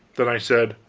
then i said